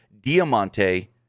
Diamante